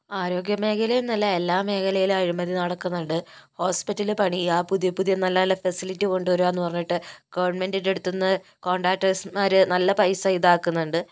ആരോഗ്യമേഖല എന്നല്ല എല്ലാ മേഖലയിലും അഴിമതി നടക്കുന്നുണ്ട് ഹോസ്പിറ്റല് പണിയുക പുതിയ പുതിയ നല്ല നല്ല ഫെസിലിറ്റി കൊണ്ടു വരിക എന്ന് പറഞ്ഞിട്ട് ഗവണ്മെന്റിന്റെ അടുത്തു നിന്ന് കോണ്ട്രാക്റ്റേഴ്സ്മാര് നല്ല പൈസ ഇതാക്കുന്നുണ്ട്